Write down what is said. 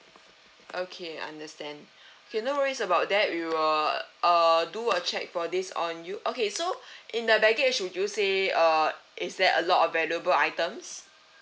okay understand okay no worries about that we will uh do a check for this on you okay so in the baggage would you say uh is there a lot of valuable items